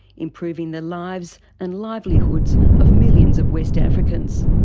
improving the lives and livelihoods of millions of west africans.